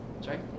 Sorry